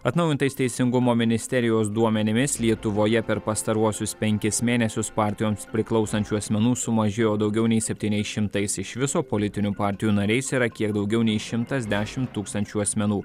atnaujintais teisingumo ministerijos duomenimis lietuvoje per pastaruosius penkis mėnesius partijoms priklausančių asmenų sumažėjo daugiau nei septyniais šimtais iš viso politinių partijų nariais yra kiek daugiau nei šimtas dešim tūkstančių asmenų